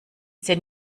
zehn